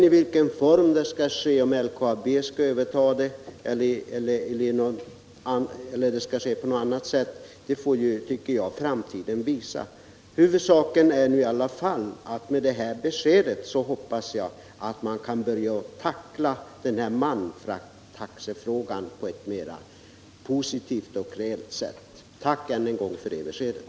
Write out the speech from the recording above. I vilken form det skall ske, om LKAB skall överta banan eller om det skall ske på något annat sätt, får, tycker jag, framtiden visa. Huvudsaken är i alla fall att man efter det här beskedet förhoppningsvis kan börja tackla malmtaxefrågan på ett mera positivt och reellt sätt. Tack än en gång för det beskedet.